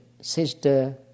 Sister